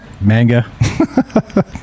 manga